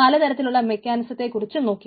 പലതരത്തിലുള്ള മെക്കാനിസത്തെക്കുറിച്ചും നോക്കി